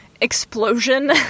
explosion